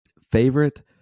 Favorite